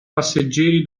passeggeri